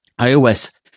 iOS